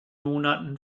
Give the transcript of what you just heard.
monaten